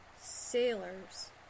sailors